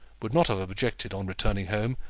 would not have objected, on returning home,